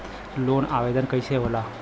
Loan आवेदन कैसे होला?